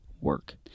work